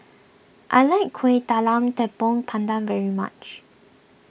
I like Kuih Talam Tepong Pandan very much